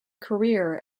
career